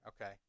Okay